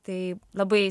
tai labai